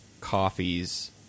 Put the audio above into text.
coffees